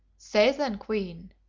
say, then, queen,